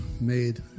made